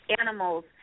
animals